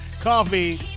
coffee